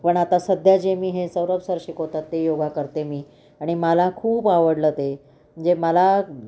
पण आता सध्या जे मी हे सौरभ सर शिकवतात ते योगा करते मी आणि मला खूप आवडलं ते जे मला